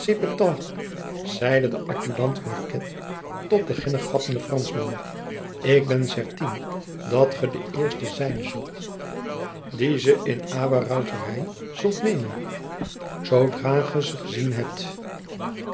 zeide de adjudant marquette tot den ginnegappenden franschman ik ben certein dat ge den eerste zijn zult dien ze in awe roiterij zult nemen zoodrao ge ze gezien hebt